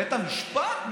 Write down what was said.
בית המשפט?